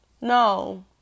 no